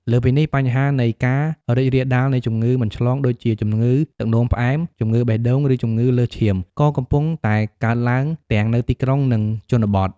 លើសពីនេះ បញ្ហានៃ ការរីករាលដាលនៃជំងឺមិនឆ្លង ដូចជា ជំងឺទឹកនោមផ្អែម ជំងឺបេះដូង ឬជំងឺលើសឈាម ក៏កំពុងតែកើនឡើងទាំងនៅទីក្រុង និងជនបទ។